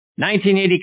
1980